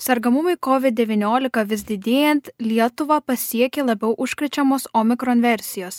sergamumui kovid devyniolika vis didėjant lietuvą pasiekė labiau užkrečiamos omikron versijos